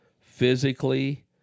physically